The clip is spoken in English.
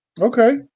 Okay